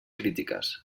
crítiques